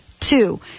two